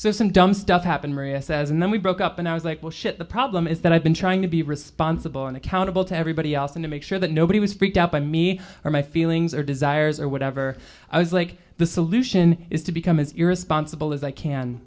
some dumb stuff happened maria says and then we broke up and i was like well shit the problem is that i've been trying to be responsible and accountable to everybody else and to make sure that nobody was freaked out by me or my feelings or desires or whatever i was like the solution is to become as irresponsible as i can